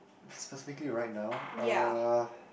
s~ specifically right now uh